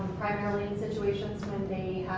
primarily in situations when they